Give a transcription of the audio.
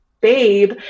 babe